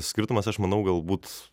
skirtumas aš manau galbūt